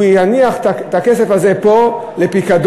והוא יניח את הכסף הזה פה לפיקדון,